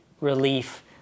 relief